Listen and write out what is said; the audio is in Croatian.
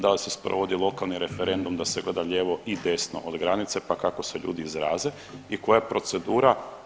Da li se sprovodi lokalni referendum da se gleda lijevo i desno od granice pa kako se ljudi izraze i koja je procedura?